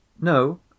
No